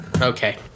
okay